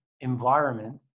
environment